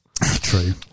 True